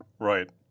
Right